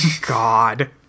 God